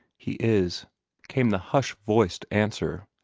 he is came the hush-voiced answer.